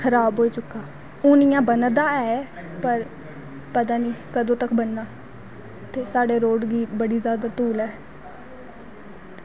road खराब होई चुके दा हून इंया बना दा ऐ पर पता निं कदूं तगर बनना ते साढ़े रोड़ ई बड़ी जादै धूल ऐ